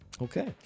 Okay